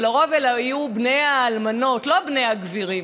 ולרוב אלה היו בני האלמנות, לא בני הגבירים.